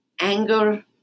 anger